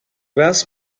bass